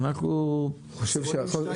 בעשירונים 2,